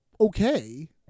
okay